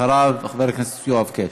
אחריו, חבר הכנסת יואב קיש.